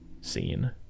scene